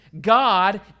God